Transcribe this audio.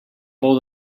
pou